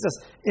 Jesus